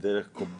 האם דרך הקופות?